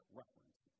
reference